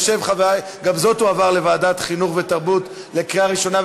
גם זו תועבר לוועדת החינוך והתרבות להכנה לקריאה ראשונה.